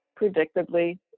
predictably